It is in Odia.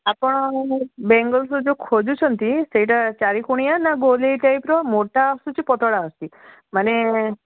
ଆପଣ ବେଙ୍ଗଲସ୍ର ଯେଉଁ ଖୋଜୁଛନ୍ତି ସେଇଟା ଚାରି କୋଣିଆ ନା ଗୋଲେଇ ଟାଇପ୍ର ମୋଟା ଆସୁଛି ପତଳା ଆସୁଛି ମାନେ